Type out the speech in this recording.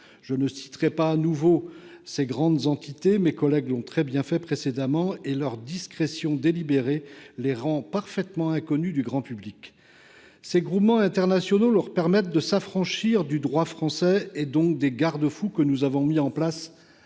Je n’énumérerai pas ces grandes entités – mes collègues l’ont très bien fait précédemment – dont la discrétion délibérée les rend parfaitement inconnues du grand public. Ces groupements internationaux permettent aux distributeurs de s’affranchir du droit français, donc des garde fous que nous avons mis en place